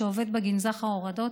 שעובד בגנזך ההורדות,